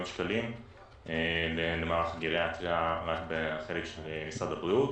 שקלים למערכת הגריאטריה בחלק של משרד הבריאות,